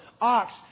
ox